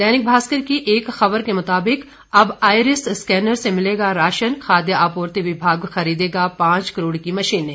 दैनिक भास्कर की एक खबर के मुताबिक अब आइरिस स्कैनर से मिलेगा राशन खाद्य आपूर्ति विभाग खरीदेगा पांच करोड़ की मशीनें